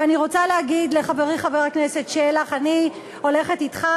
ואני רוצה להגיד לחברי חבר הכנסת שלח: אני הולכת אתך,